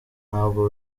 wabwo